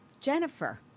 Jennifer